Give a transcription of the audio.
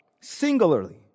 singularly